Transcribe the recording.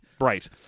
right